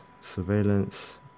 Surveillance